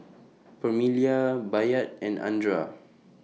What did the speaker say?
Permelia Bayard and Andra